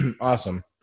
Awesome